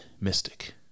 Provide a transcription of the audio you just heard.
mystic